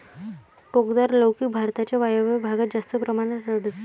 टोकदार लौकी भारताच्या वायव्य भागात जास्त प्रमाणात आढळते